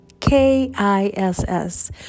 K-I-S-S